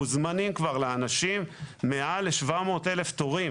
מוזמנים כבר לאנשים מעל 700,000 תורים.